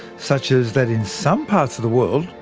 such as that in some parts of the world,